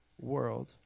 world